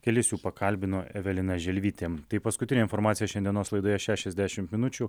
kelis jų pakalbino evelina želvytė tai paskutinė informacija šiandienos laidoje šešiasdešimt minučių